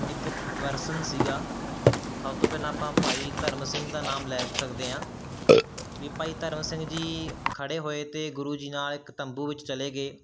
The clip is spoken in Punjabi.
ਇੱਕ ਪਰਸਨ ਸੀਗਾ ਸਭ ਤੋਂ ਪਹਿਲਾਂ ਆਪਾਂ ਭਾਈ ਧਰਮ ਸਿੰਘ ਦਾ ਨਾਮ ਲੈ ਸਕਦੇ ਹਾਂ ਵੀ ਭਾਈ ਧਰਮ ਸਿੰਘ ਜੀ ਖੜ੍ਹੇ ਹੋਏ ਅਤੇ ਗੁਰੂ ਜੀ ਨਾਲ ਇੱਕ ਤੰਬੂ ਵਿੱਚ ਚਲੇ ਗਏ